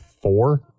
four